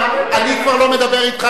אני כבר לא מדבר אתך,